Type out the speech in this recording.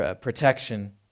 protection